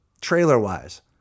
Trailer-wise